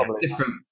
different